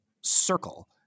circle